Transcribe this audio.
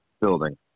building